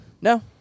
No